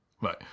Right